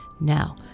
now